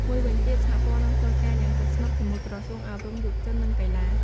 មួយវិញទៀតសហព័ន្ធនឹងធ្វើការយ៉ាងជិតស្និទ្ធជាមួយក្រសួងអប់រំ យុវជន និងកីឡា។